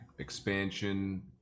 Expansion